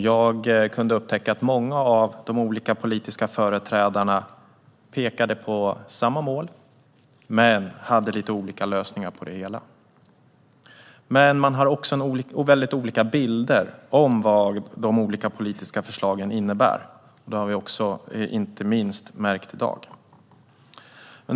Jag upptäckte att många av de olika politiska företrädarna pekade på samma mål men hade lite olika lösningar på det hela och väldigt olika bilder av vad de olika politiska förslagen innebär. Det har vi också märkt här i dag.